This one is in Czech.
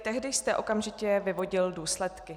Tehdy jste okamžitě vyvodil důsledky.